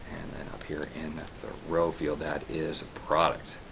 and then up here in the row field that is product.